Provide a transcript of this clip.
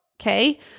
okay